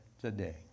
today